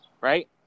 right